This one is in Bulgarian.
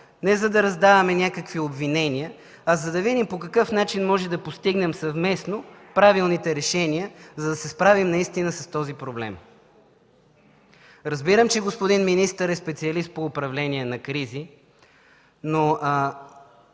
не за да раздаваме някакви обвинения, а за да видим по какъв начин можем да постигнем съвместно правилните решения, за да се справим наистина с този проблем. Разбирам, че господин министърът е специалист по управление на кризи, но,